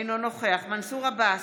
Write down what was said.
אינו נוכח מנסור עבאס,